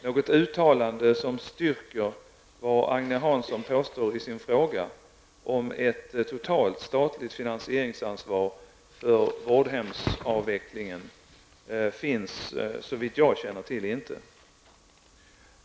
Något uttalande som styrker vad Agne Hansson påstår i sin fråga om ett totalt statligt finansieringsansvar för vårdhemsavvecklingen finns såvitt jag känner till inte.